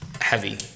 heavy